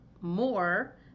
more